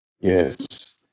Yes